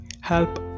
help